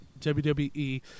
wwe